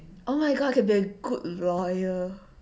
oh my god I can be a good lawyer